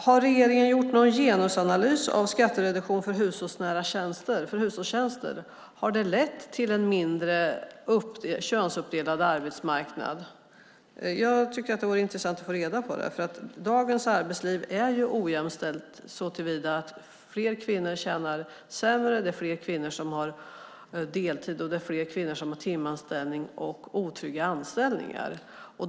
Har regeringen gjort någon genusanalys av skattereduktionen för hushållsnära tjänster? Har den lett till en mindre könsuppdelad arbetsmarknad? Det vore intressant att få reda på det. Dagens arbetsliv är ojämställt såtillvida att fler kvinnor tjänar sämre. Det är fler kvinnor som har deltid och fler kvinnor som har timanställning och otrygga anställningar.